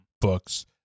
books